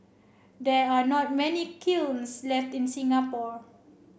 there are not many kilns left in Singapore